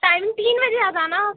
time तीन बजे आ जाना